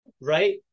right